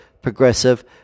progressive